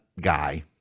guy